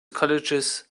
colleges